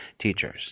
teachers